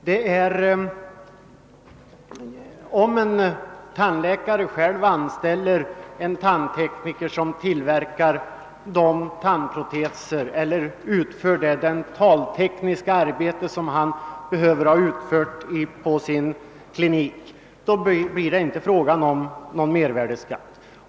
Anställer en tandläkare själv en tandtekniker som tillverkar de tandproteser eller utför det dentaltekniska arbete som behöver göras på kliniken, blir det inte fråga om någon mervärdeskatt.